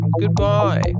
Goodbye